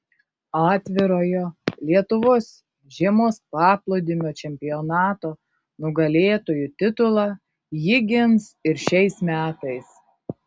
atvirojo lietuvos žiemos paplūdimio čempionato nugalėtojų titulą ji gins ir šiais metais